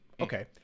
Okay